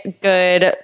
good